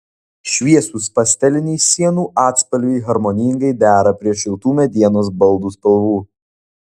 šviesūs pasteliniai sienų atspalviai harmoningai dera prie šiltų medienos baldų spalvų